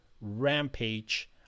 rampage